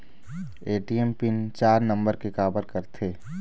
ATM PIN चार नंबर के काबर करथे?